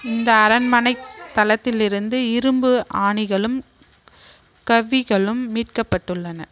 இந்த அரண்மனைத் தளத்தில் இருந்து இரும்பு ஆணிகளும் கவ்விகளும் மீட்கப்பட்டுள்ளன